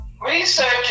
researchers